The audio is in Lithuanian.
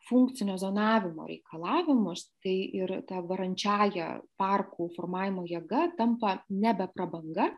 funkcinio zonavimo reikalavimus tai ir ta varančiąja parkų formavimo jėga tampa nebe prabanga